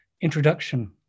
introduction